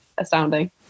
Astounding